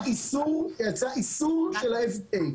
יצא איסור של ה-FDA.